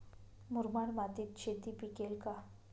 मुरमाड मातीत शेती पिकेल का?